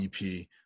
EP